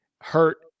hurt